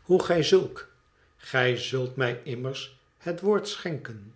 hoe gij zulk gij zult mij immers het woord schenken